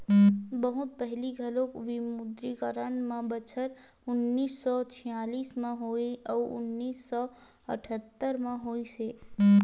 बहुत पहिली घलोक विमुद्रीकरन ह बछर उन्नीस सौ छियालिस म होइस अउ उन्नीस सौ अठत्तर म होइस हे